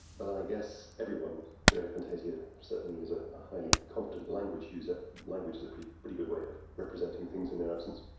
but i guess everyone with aphantasia certainly is ah a highly competent language user. language is a pretty pretty good way of representing things in their absence.